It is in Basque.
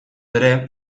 ere